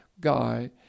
guy